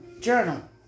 journal